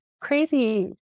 crazy